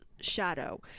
shadow